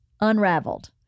Unraveled